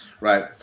right